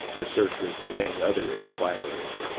the search was delaying other inquirers.